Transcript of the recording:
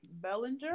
Bellinger